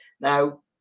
now